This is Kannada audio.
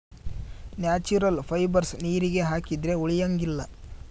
ನ್ಯಾಚುರಲ್ ಫೈಬರ್ಸ್ ನೀರಿಗೆ ಹಾಕಿದ್ರೆ ಉಳಿಯಂಗಿಲ್ಲ